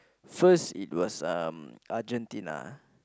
first it was um Argentina